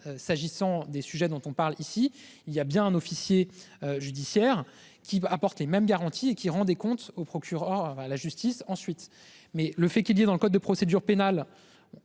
S'agissant des sujets dont on parle ici il y a bien un officier. Judiciaire qui apporte les mêmes garanties et qui rend des comptes au procureur à la justice ensuite. Mais le fait qu'il disait dans le code de procédure pénale.